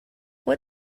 what